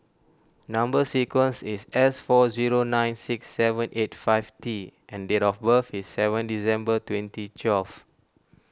Number Sequence is S four zero nine six seven eight five T and date of birth is seven December twenty twelve